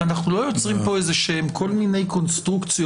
אבל אנחנו לא יוצרים כאן כל מיני קונסטרוקציות.